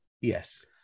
Yes